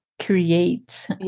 Create